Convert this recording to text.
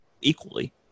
equally